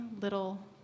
little